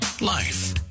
Life